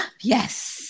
Yes